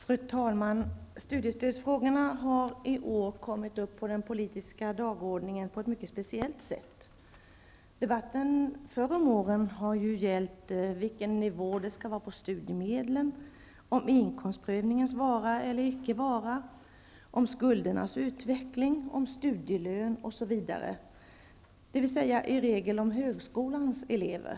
Fru talman! Studiestödsfrågorna har i år kommit upp på den politiska dagordningen på ett mycket speciellt sätt. Debatten förr om åren har ju gällt vilken nivå det skall vara på studiemedlen, inkomstprövningens vara eller icke vara, skuldernas utveckling, studielön, osv. Det har i regel handlat om högskolans elever.